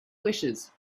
wishes